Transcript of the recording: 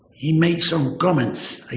he made some comments.